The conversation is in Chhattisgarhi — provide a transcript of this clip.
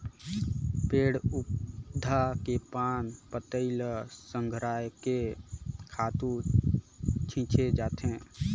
पेड़ पउधा के पान पतई ल संघरायके खातू छिछे जाथे